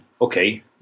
okay